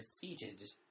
defeated